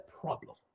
problem